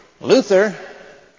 Luther